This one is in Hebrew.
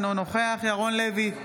אינו נוכח ירון לוי,